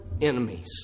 enemies